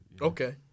Okay